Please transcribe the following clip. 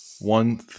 One